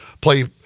play